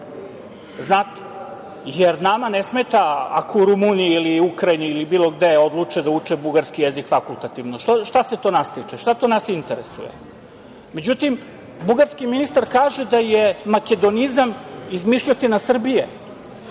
Jer, nama ne smeta ako Rumuniji ili Ukrajini ili bilo gde odluče da uče bugarski jezik fakultativno, šta se to nas tiče, šta to nas interesuje.Međutim, bugarski ministar kaže da je makedonizam izmišljotina Srbije...